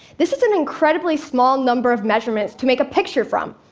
this is an incredibly small number of measurements to make a picture from.